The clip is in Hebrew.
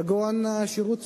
כגון שירות צבאי,